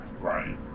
Right